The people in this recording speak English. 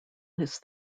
his